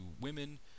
women